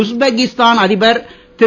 Uzbekistan அதிபர் திரு